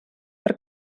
per